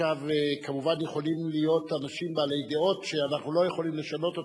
כמובן שיכולים להיות אנשים בעלי דעות שאנחנו לא יכולים לשנות אותן,